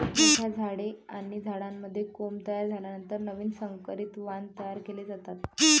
मोठ्या झाडे आणि झाडांमध्ये कोंब तयार झाल्यानंतर नवीन संकरित वाण तयार केले जातात